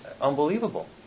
unbelievable